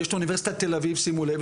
יש את אוניברסיטת תל אביב שימו לב,